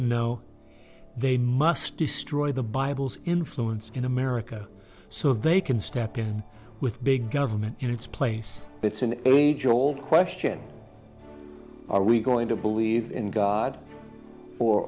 know they must destroy the bibles influence in america so they can step in with big government in its place it's an age old question are we going to believe in god